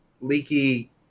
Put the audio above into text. leaky